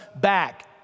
back